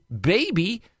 baby